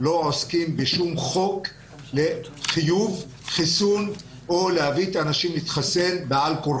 לא עוסקים בשום חוק לחיוב חיסון או להביא את האנשים להתחסן בעל כורחם.